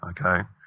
okay